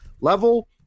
level